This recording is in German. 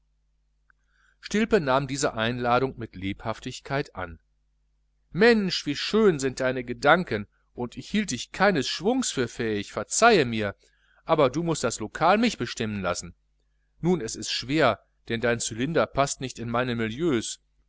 stilpe nahm diese einladung mit lebhaftigkeit an mensch wie schön sind deine gedanken und ich hielt dich keines schwungs für fähig verzeihe mir aber du mußt das lokal mich bestimmen lassen nur ist es schwer denn dein cylinder paßt nicht in meine milieus